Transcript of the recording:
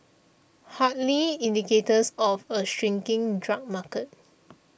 hardly indicators of a shrinking drug market